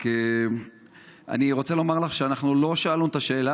רק אני רוצה לומר לך שאנחנו לא שאלנו את השאלה